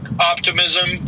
optimism